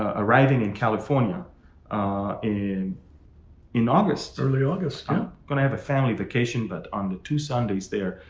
ah arriving in california in in august. early august. gonna have a family vacation. but on the two sundays there,